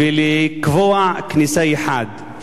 ולקבוע כניסה אחת,